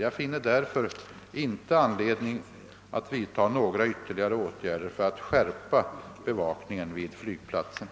Jag finner därför inte anledning att vidta några ytterligare åtgärder för att skärpa bevakningen vid flygplatserna.